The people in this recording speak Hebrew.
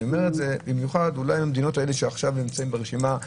אני אומר את זה במיוחד למדינות האלה שעכשיו נמצאות ברשימה.